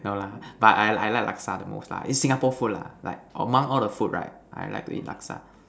no lah but I I like Laksa the most lah in Singapore food lah like among all the food right I like to eat Laksa